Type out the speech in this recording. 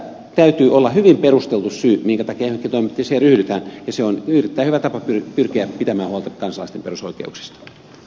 täytyy olla hyvin perusteltu syy minkä takia johonkin toimenpiteeseen ryhdytään ja se on erittäin hyvä tapa pyrkiä pitämään huolta kansalaisten perusoikeuksista